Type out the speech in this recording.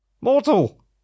Mortal